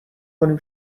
کنیم